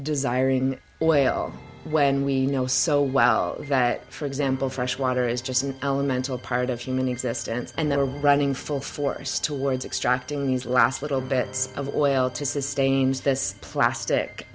desiring oil when we know so well that for example fresh water is just an elemental part of human existence and they're running full force towards extracting these last little bits of oil to sustain this plastic